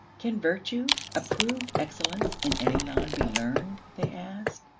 can virtue, approved excellence in any line, be learned, they asked?